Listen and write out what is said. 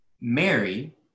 Mary